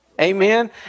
Amen